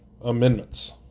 amendments